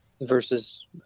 versus